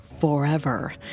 forever